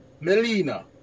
Melina